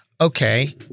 okay